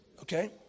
Okay